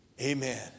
Amen